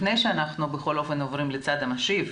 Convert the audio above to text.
לפני שאנחנו בכל אופן עוברים לצד המשיב,